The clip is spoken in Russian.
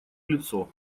лицо